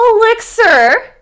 elixir